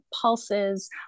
pulses